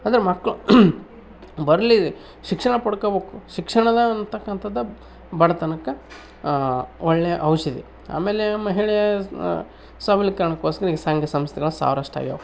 ಅದೇ ಮಕ್ಳು ಬರಲಿ ಶಿಕ್ಷಣ ಪಡ್ಕೋಬೇಕು ಶಿಕ್ಷಣ ಇರತಕಂಥದ್ದು ಬಡತನಕ್ಕೆ ಒಳ್ಳೆ ಔಷಧಿ ಆಮೇಲೆ ಮಹಿಳೆಯರ ಬಲೀಕರಣಕ್ಕೋಸ್ಕರ ಈ ಸಂಘ ಸಂಸ್ಥೆಗಳು ಸಾವಿರಷ್ಟು ಆಗಿವೆ